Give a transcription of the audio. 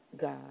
God